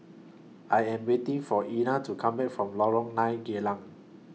I Am waiting For Ina to Come Back from Lorong nine Geylang